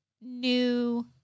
new